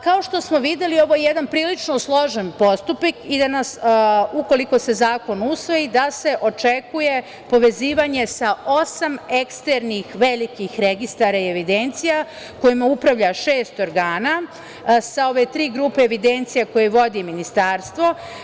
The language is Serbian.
Kao što smo videli ovo je jedan prilično složen postupak i da nas ukoliko se zakon usvoji, da se očekuje povezivanje sa osam eksternih velikih registara i evidencija kojima upravlja šest organa, sa ove tri grupe evidencija koje vodi ministarstvo.